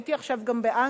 הייתי עכשיו גם באנגליה,